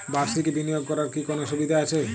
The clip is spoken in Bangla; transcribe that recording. বাষির্ক বিনিয়োগ করার কি কোনো সুবিধা আছে?